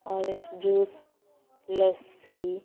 orange juice lassi